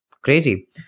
crazy